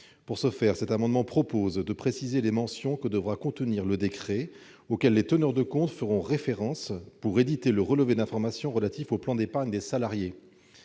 Pour ce faire, l'amendement vise à préciser les mentions que devra contenir le décret auquel les teneurs de comptes feront référence pour éditer le relevé d'informations relatif au plan d'épargne des salariés.